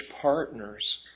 partners